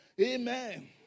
Amen